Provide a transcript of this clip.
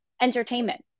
entertainment